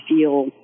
feel